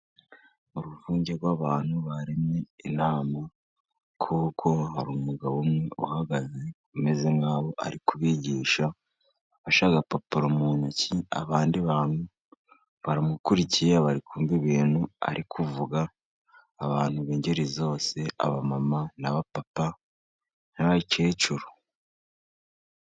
Uruvunge rw'abantu baremye inama kuko hari umugabo umwe uhagaze umeze nk'aho ari kubigisha afashe agapapuro mu ntoki, abandi bantu baramukurikiye barikumva ibintu ari kuvuga, abantu b'ingeri zose aba mama, n'aba papa, n'abakecuru.